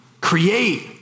create